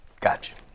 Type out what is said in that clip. Gotcha